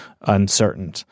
uncertain